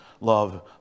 love